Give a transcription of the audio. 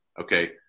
Okay